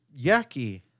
yucky